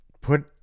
put